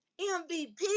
MVP